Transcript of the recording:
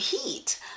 heat